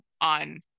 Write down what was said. on